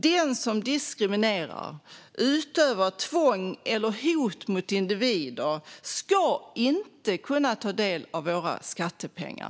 Den som diskriminerar, utövar tvång eller framför hot mot individer ska inte kunna ta del av våra skattepengar.